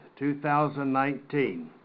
2019